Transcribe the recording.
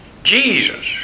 Jesus